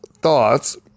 thoughts